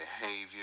behavior